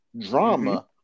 drama